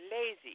lazy